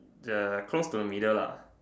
the close to the middle lah